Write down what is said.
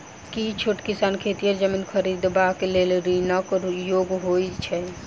की छोट किसान खेतिहर जमीन खरिदबाक लेल ऋणक योग्य होइ छै?